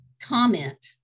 comment